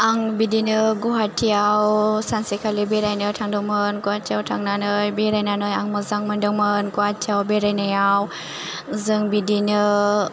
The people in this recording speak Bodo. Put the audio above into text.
आं बिदिनो गवाहाटीयाव सानसेखालि बेरायनो थांदोमोन गवाहाटीयाव थानानै बेरायनानै आं मोजांमोनदोंमोन गवाहाटीयाव बेरायनायाव जों बिदिनो